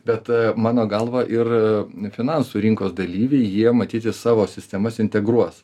bet mano galva ir finansų rinkos dalyviai jie matyt įsavo sistemas integruos